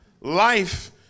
life